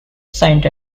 signed